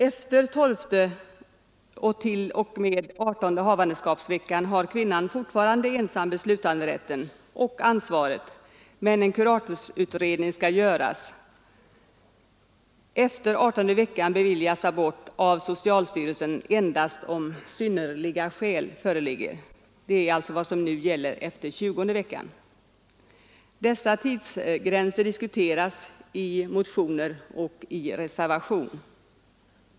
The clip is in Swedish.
Efter tolfte och t.o.m. adertonde havandeskapsveckan har kvinnan fortfarande ensam beslutanderätten — och ansvaret — men en kuratorsutredning skall göras. Efter adertonde veckan beviljas abort och av socialstyrelsen endast om ”synnerliga skäl” föreligger. Det är alltså vad som nu gäller efter tjugonde veckan. Dessa tidsgränser diskuteras i motionen och i reservationen.